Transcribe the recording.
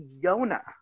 Yona